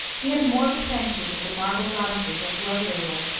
he had a morbid fancy that the marble goddesses, or whoever they were,